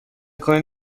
کنید